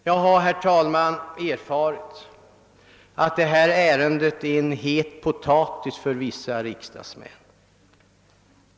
Jag har, herr talman, erfarit att detta ärende är en het potatis för vissa riksdagsmän.